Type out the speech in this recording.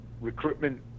recruitment